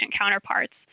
counterparts